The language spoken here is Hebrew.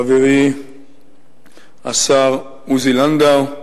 חברי השר עוזי לנדאו,